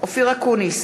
אופיר אקוניס,